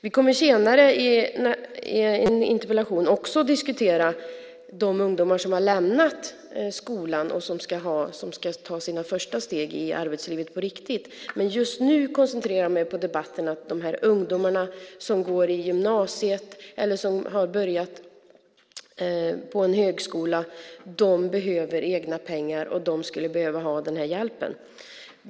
Vi kommer senare i en interpellationsdebatt att diskutera de ungdomar som har lämnat skolan och ska ta sina första steg i arbetslivet på riktigt, men just nu koncentrerar jag mig på debatten om dessa ungdomar som går i gymnasiet eller har börjat på högskolan. De behöver egna pengar och skulle behöva ha den här hjälpen.